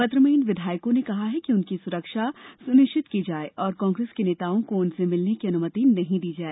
पत्र में इन विधायको ने कहा कि उनकी सुरक्षा सुनिश्चित की जाए और कांग्रेस के नेताओं को उनसे मिलने की अनुमति नहीं दी जाए